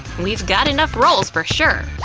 we've got enough rolls, for sure.